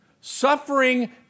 Suffering